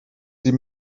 sie